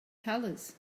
colors